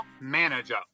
manager